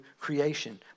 creation